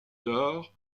tard